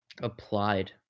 applied